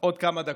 עוד כמה דקות.